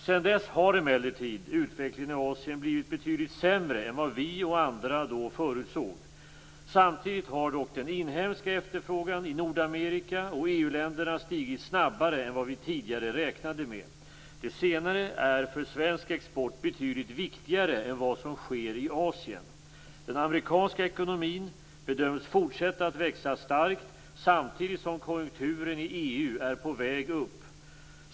Sedan dess har emellertid utvecklingen i Asien blivit betydligt sämre än vad vi och andra då förutsåg. Samtidigt har dock den inhemska efterfrågan i Nordamerika och EU-länderna stigit snabbare än vad vi tidigare räknade med. Det senare är för svensk export betydligt viktigare än vad som sker i Asien. Den amerikanska ekonomin bedöms fortsätta att växa starkt, samtidigt som konjunkturen i EU är på väg upp.